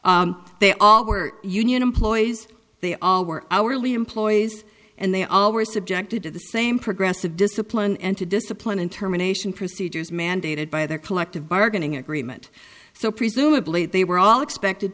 they all were union employees they all were hourly employees and they all were subjected to the same progressive discipline and to discipline and terminations procedures mandated by their collective bargaining agreement so presumably they were all expected